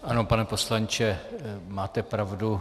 Ano, pane poslanče, máte pravdu.